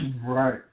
Right